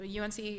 UNC